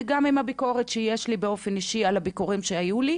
וגם עם הביקורת שיש לי באופן אישי על הביקורים שהיו לי,